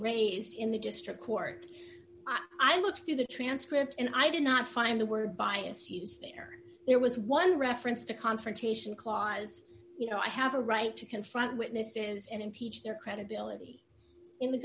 raised in the district court i looked through the transcript and i did not find the word bias used there there was one reference to a confrontation clause as you know i have a right to confront witnesses and impeach their credibility in the